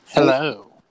hello